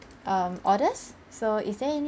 um orders so is there any